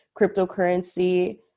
cryptocurrency